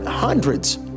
Hundreds